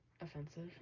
offensive